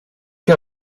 che